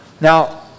Now